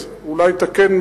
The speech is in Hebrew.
אז אולי תקן,